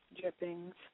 drippings